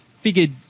figured